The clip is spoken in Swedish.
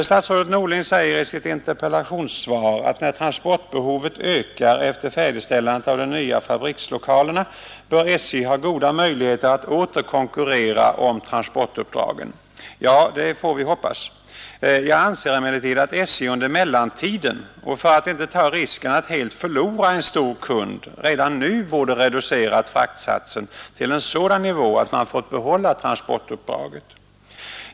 Statsrådet Norling säger i sitt interpellationssvar att när transportbehovet ökar efter färdigställandet av de nya fabrikslokalerna bör SJ ha goda möjligheter att åter konkurrera om transportuppdragen. Ja, det får vi hoppas. Jag anser emellertid att SJ under mellantiden, och för att inte ta risken att helt förlora en stor kund, redan nu borde reducerat fraktsatsen till en sådan nivå att man fått behålla transportuppdraget.